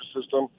system